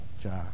job